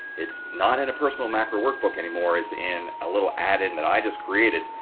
it's not in a personal macro workbook anymore. it's in a little add in that i just created.